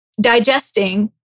digesting